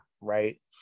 Right